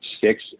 six